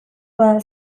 bada